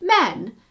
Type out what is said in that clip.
Men